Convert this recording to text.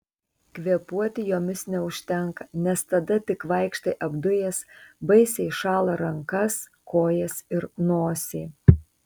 kvėpuoti jomis neužtenka nes tada tik vaikštai apdujęs baisiai šąla rankas kojas ir nosį